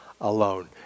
alone